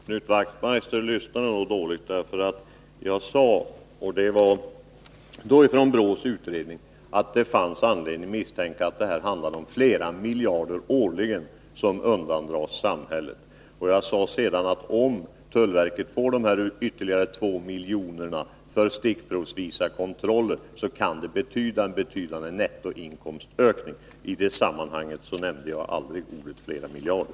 Herr talman! Knut Wachtmeister lyssnade nog dåligt, ty jag sade att det enligt BRÅ:s utredning finns anledning att misstänka att det här handlar om flera miljarder som årligen undandras samhället. Jag sade sedan, att om tullverket får dessa 2 milj.kr. ytterligare för kontroller stickprovsvis, kan det ge en betydande nettoinkomstökning till samhället. I detta sammanhang använde jag aldrig ordet ”flera miljarder”.